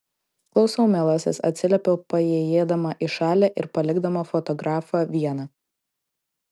klausau mielasis atsiliepiu paėjėdama į šalį ir palikdama fotografą vieną